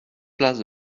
place